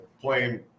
playing